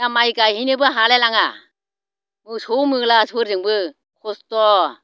दा माइ गायहैनोबो हालाय लाङा मोसौ मोलाफोरजोंबो खस्त'